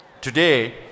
Today